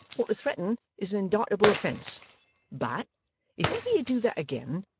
for to threaten is an indictable offence but if ever you do that again,